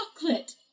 chocolate